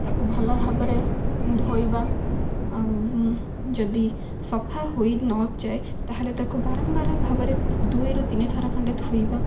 ତାକୁ ଭଲ ଭାବରେ ଧୋଇବା ଆଉ ଯଦି ସଫା ହୋଇ ନଯାଏ ତା'ହେଲେ ତାକୁ ବାରମ୍ବାର ଭାବରେ ଦୁଇରୁ ତିନିଥର ଖଣ୍ଡେ ଧୋଇବା